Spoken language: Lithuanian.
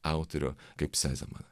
autorių kaip sezemaną